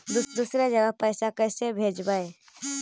दुसरे जगह पैसा कैसे भेजबै?